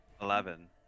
Eleven